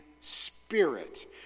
spirit